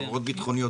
חברות ביטחוניות,